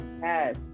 Yes